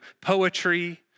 poetry